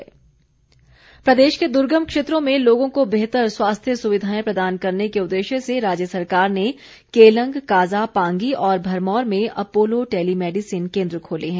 telemedicine प्रदेश के दुर्गम क्षेत्रों में लोगों को बेहतर स्वास्थ्य सुविधाएं प्रदान करने के उद्देश्य से राज्य सरकार ने केलंग काजा पांगी और भरमौर में अपोलो टेलीमैडिसन केन्द्र खोले हैं